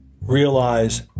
realize